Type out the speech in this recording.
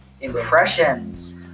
Impressions